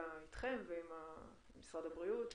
הנושאים האלה כל הזמן עולים,